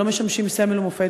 לא משמשים סמל ומופת,